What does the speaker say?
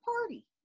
party